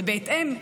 ובהתאם,